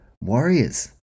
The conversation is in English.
Warriors